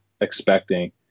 expecting